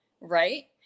Right